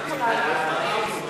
סעיף 2, כהצעת הוועדה, נתקבל.